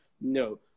No